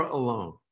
alone